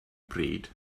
pryd